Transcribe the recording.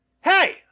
hey